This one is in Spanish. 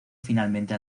finalmente